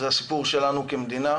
זה הסיפור שלנו כמדינה,